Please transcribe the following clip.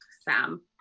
Sam